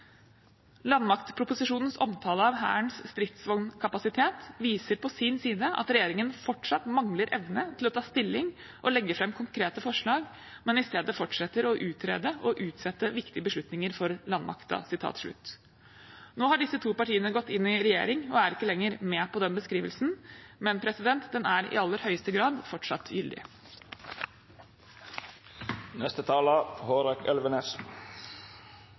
«Landmaktproposisjonens omtale av Hærens stridsvognkapasitet viser på sin side at regjeringen fortsatt mangler evne til å ta stilling og legge fram konkrete forslag, men i stedet fortsetter å utrede og utsette viktige beslutninger for landmakten.» Nå har disse to partiene gått inn i regjering og er ikke lenger med på den beskrivelsen, men den er i aller høyeste grad fortsatt